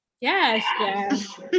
Yes